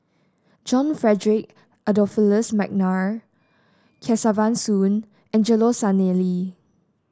John Frederick Adolphus McNair Kesavan Soon Angelo Sanelli